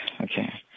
Okay